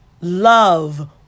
Love